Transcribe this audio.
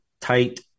tight